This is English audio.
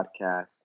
podcast